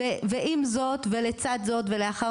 ועם זאת ולצד זאת ולאחר